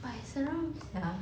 but it's seram sia